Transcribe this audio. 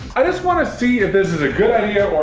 i just wanna see if this is a good idea,